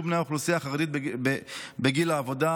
בני האוכלוסייה החרדית בגיל העבודה,